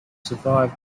survived